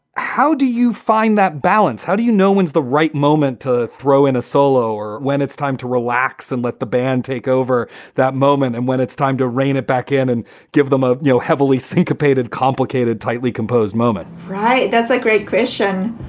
how do you find that balance? how do you know when's the right moment to throw in a solo or when it's time to relax and let the band take over that moment and when it's time to rein it back in and give them up, you ah know, heavily syncopated, complicated, tightly composed moment right. that's a great question.